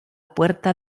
puerta